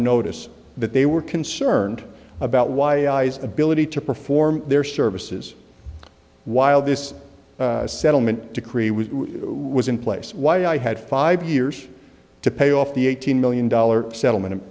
notice that they were concerned about why i's ability to perform their services while this settlement decree was was in place why i had five years to pay off the eighteen million dollars settlement